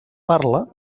parla